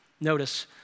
Notice